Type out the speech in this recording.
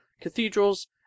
cathedrals